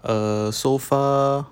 err so far